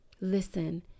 listen